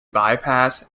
bypassed